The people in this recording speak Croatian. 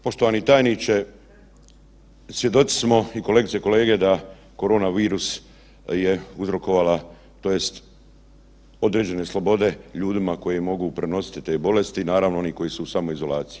Poštovani tajniče, svjedoci smo i kolegice i kolege da koronavirus je uzrokovala tj. određene slobode ljudima koji mogu prenositi te bolesti, naravno oni koji su u samoizolaciji.